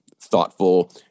thoughtful